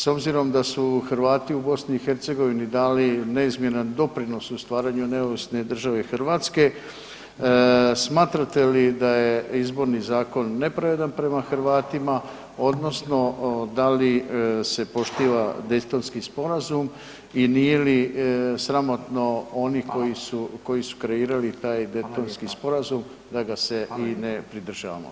S obzirom da su Hrvati u BiH dali neizmjeran doprinos u stvaranju neovisne države Hrvatske smatrate li da je Izborni zakon nepravedan prema Hrvatima, odnosno da li se poštiva Daytonski sporazum i nije li sramotno oni koji su kreirali taj Daytonski sporazum da ga se i ne pridržavamo.